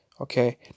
Okay